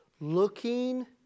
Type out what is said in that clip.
Looking